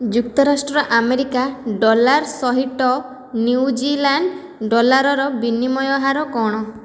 ଯୁକ୍ତରାଷ୍ଟ୍ର America dollar ସହିତ New Zealand dollar ବିନିମୟ ହାର କଣ